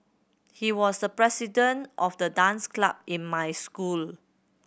he was the president of the dance club in my school